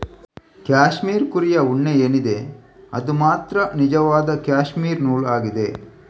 cashmere ಕುರಿಯ ಉಣ್ಣೆ ಏನಿದೆ ಅದು ಮಾತ್ರ ನಿಜವಾದ ಕ್ಯಾಶ್ಮೀರ್ ನೂಲು ಆಗಿದೆ